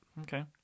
Okay